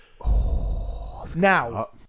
Now